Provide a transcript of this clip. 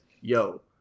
yo